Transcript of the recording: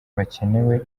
bakenewe